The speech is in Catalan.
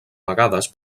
vegades